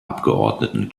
abgeordneten